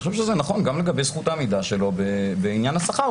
אני חושב שזה נכון גם לגבי זכות העמידה שלו בעניין השכר.